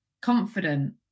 confident